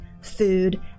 food